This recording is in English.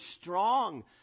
strong